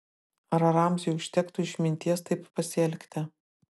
ar ramziui užtektų išminties taip pasielgti